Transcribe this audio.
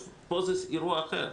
פה זה אירוע אחר.